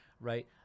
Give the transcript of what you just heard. right